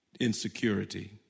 insecurity